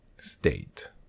state